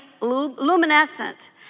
luminescent